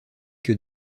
que